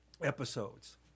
episodes